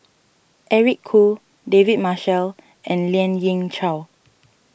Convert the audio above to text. Eric Khoo David Marshall and Lien Ying Chow